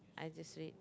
I just read